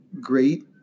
great